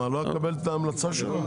מה, לא אקבל את המלצה שלה?